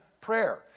prayer